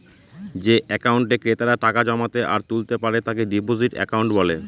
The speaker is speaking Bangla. যে একাউন্টে ক্রেতারা টাকা জমাতে আর তুলতে পারে তাকে ডিপোজিট একাউন্ট বলে